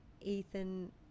Ethan